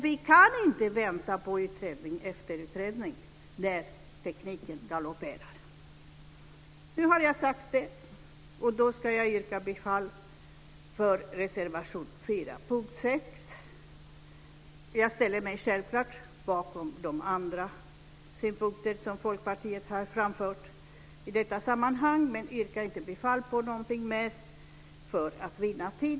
Vi kan inte vänta på utredning efter utredning när tekniken galopperar. Nu har jag sagt det, och då vill jag yrka bifall till reservation 4 under punkt 6. Jag ställer mig självklart bakom de andra synpunkter som Folkpartiet har framfört i detta sammanhang men yrkar inte bifall till någonting mer för att vinna tid.